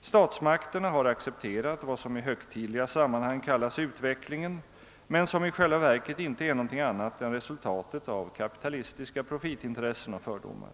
Statsmakterna har accepterat vad som i högtidliga sammanhang kallas utvecklingen men som i själva verket inte är någonting annat än resultatet av kapitalistiska profitintressen och fördomar.